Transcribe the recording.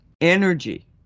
energy